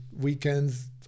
weekends